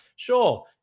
sure